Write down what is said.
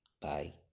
Bye